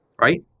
right